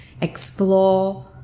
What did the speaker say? explore